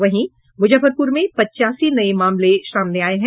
वहीं मुजफ्फरपुर में पच्चासी नये मामले सामने आये हैं